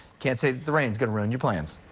can't say the the rain is going to ruin your plans.